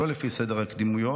שלא לפי סדר הקדימויות,